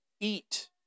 eat